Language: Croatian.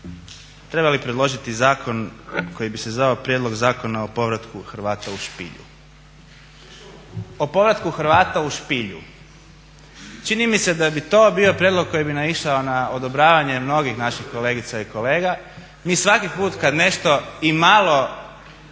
trebali predložiti zakon koji bi se zvao prijedlog zakona o povratku Hrvata u špilju, o povratku Hrvata u špilju. Čini mi se da bi to bio prijedlog koji bi naišao na odobravanje mnogih naših kolegica i kolega. Mi svaki put kad nešto i malo